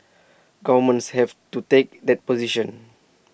governments have to take that position